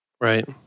Right